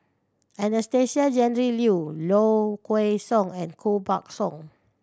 Anastasia Tjendri Liew Low Kway Song and Koh Buck Song